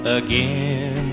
again